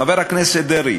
חבר הכנסת דרעי,